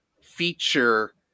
feature